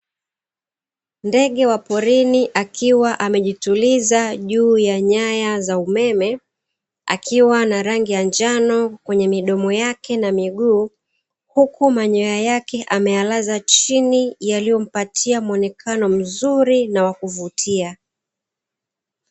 Ndege wa porini akiwa amejituliza juu ya nyaya za umeme, akiwa na rangi ya njano kwenye midomo yake na miguu, huku manyoya yake ameyelaza chini, yaliyo mpatia muonekeno mzuri na wa kuvutia.